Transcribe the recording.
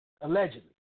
allegedly